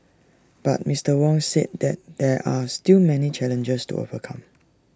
but Mister Wong said that there are still many challenges to overcome